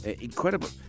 incredible